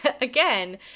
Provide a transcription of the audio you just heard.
again